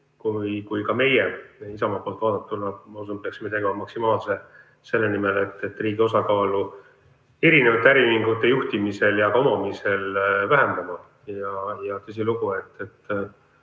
kui ka meie poolt vaadatuna, ma usun, peaksime tegema maksimaalse selle nimel, et riigi osakaalu erinevate äriühingute juhtimisel ja ka omamisel vähendame. Tõsilugu, et